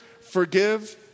forgive